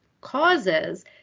causes